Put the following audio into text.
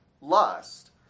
lust